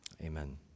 amen